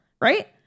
right